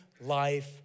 life